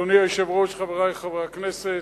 אדוני היושב-ראש, חברי חברי הכנסת,